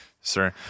sir